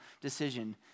decision